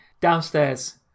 Downstairs